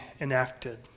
enacted